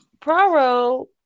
Praro